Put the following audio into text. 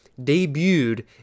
Debuted